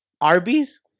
Arby's